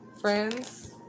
Friends